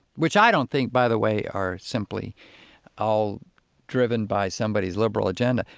which i don't think, by the way, are simply all driven by somebody's liberal agenda,